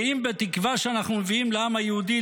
גאים בתקווה שאנחנו מביאים לעם היהודי,